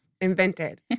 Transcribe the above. invented